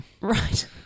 Right